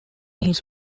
his